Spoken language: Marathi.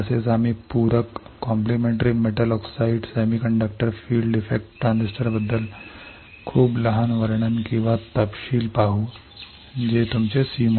तसेच आम्ही पूरक metal oxide semiconductor field effect transistor बद्दल खूप लहान वर्णन किंवा तपशील पाहू जे तुमचे cmos आहे